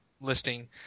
listing